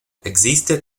existe